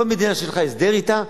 כל מדינה שיש לך הסדר אתה,